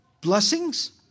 blessings